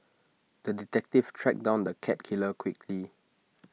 the detective tracked down the cat killer quickly